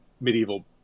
medieval